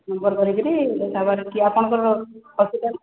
number କରିକରି ଦେଖାକରି ଆପଣଙ୍କ ହସ୍ପିଟାଲରେ